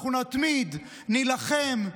אנחנו נתמיד, נילחם,